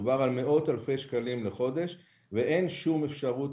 מדובר על מאות אלפי שקלים בחודש ואין שום אפשרות